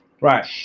right